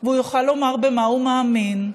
והוא יוכל לומר במה הוא מאמין,